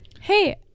hey